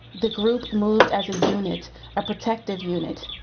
the group moved as a unit, a protective unit.